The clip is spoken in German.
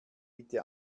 bitte